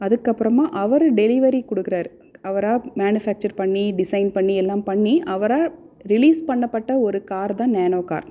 அதுக்கப்பறமாக அவர் டெலிவரி கொடுக்கறாரு அவராக மேனுஃபேக்சர் பண்ணி டிசைன் பண்ணி எல்லாம் பண்ணி அவரால் ரிலீஸ் பண்ணப்பட்ட ஒரு கார் தான் நேனோ கார்